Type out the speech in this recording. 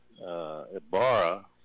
Ibarra